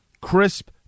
crisp